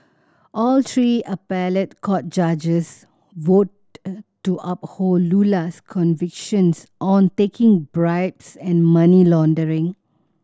all three appellate court judges to uphold Lula's convictions on taking bribes and money laundering